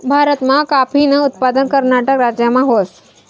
भारतमा काॅफीनं उत्पादन कर्नाटक राज्यमा व्हस